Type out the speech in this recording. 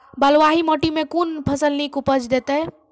बलूआही माटि मे कून फसल नीक उपज देतै?